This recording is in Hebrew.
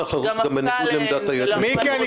החלטות גם בניגוד לעמדת היועץ המשפטי.